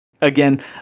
again